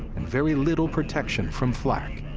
and very little protection from flak,